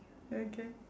okay